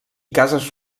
cases